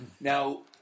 Now